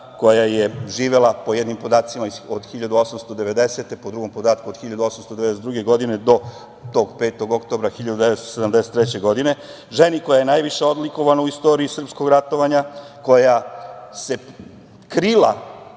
koja je živela, po jednim podacima, od 1890. godine, po drugom podatku od 1892. godine do tog 5. oktobra 1973. godine, ženi koja je najviše odlikovana u istoriji srpskog ratovanja, koja je krila